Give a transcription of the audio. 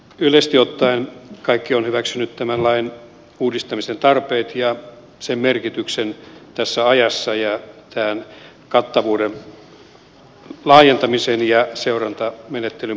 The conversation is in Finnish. yleisesti ottaen kaikki ovat hyväksyneet tämän lain uudistamisen tarpeet ja sen merkityksen tässä ajassa tämän kattavuuden laajentamisen ja seurantamenettelyn parantamisen suhteen